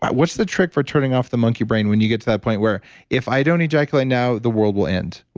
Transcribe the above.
what's the trick for turning off the monkey brain when you get to that point, where if i don't ejaculate now, the world will end?